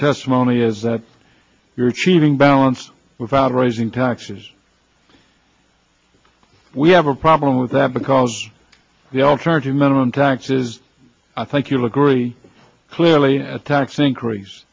testimony is that you're achieving balance without raising taxes we have a problem with that because the alternative minimum tax is i think you'll agree clearly a tax in